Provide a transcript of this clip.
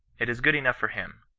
it is good enough for him.